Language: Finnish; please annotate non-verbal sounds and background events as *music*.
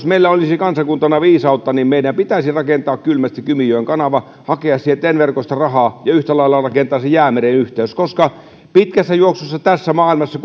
*unintelligible* meillä olisi kansakuntana viisautta niin meidän pitäisi rakentaa kylmästi kymijoen kanava hakea siihen ten verkosta rahaa ja yhtä lailla rakennettaisiin jäämeren yhteys koska pitkässä juoksussa tosiasia tässä maailmassa *unintelligible*